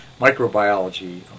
microbiology